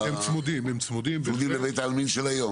שצמודים לבית העלמין של היום?